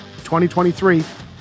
2023